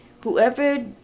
whoever